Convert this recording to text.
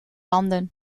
landen